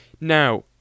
Now